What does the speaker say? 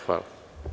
Hvala.